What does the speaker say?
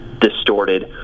distorted